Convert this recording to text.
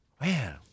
Man